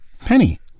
Penny